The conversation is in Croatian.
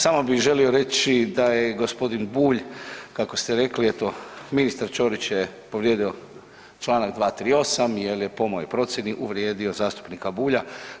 Samo bih želio reći da je gospodin Bulj kako ste rekli, eto ministar Ćorić je povrijedio Članak 238. jer je po mojoj procjeni uvrijedio zastupnika Bulja.